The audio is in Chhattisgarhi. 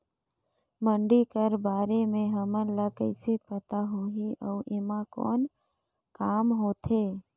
मंडी कर बारे म हमन ला कइसे पता होही अउ एमा कौन काम होथे?